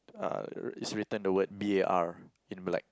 uh is written the word B_A_R in black